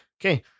Okay